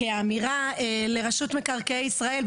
כאמירה לרשות מקרקעי ישראל,